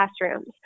classrooms